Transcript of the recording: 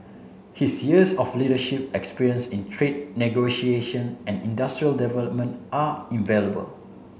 his years of leadership experience in trade negotiation and industrial development are invaluable